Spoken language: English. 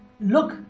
look